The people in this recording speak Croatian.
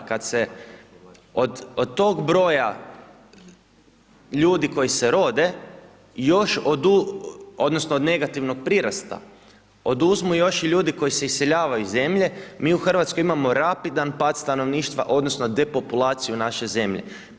Kad se od tog broja ljudi koji se rode, još odnosno od negativnog prirasta, oduzmu još i ljudi koji se iseljavaju iz zemlje, mi u RH imamo rapidan pad stanovništva odnosno depopulaciju naše zemlje.